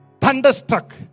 thunderstruck